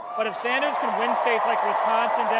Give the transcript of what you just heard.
but if sanders can win states like wisconsin, yeah